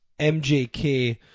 MJK